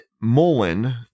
Mullen